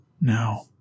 Now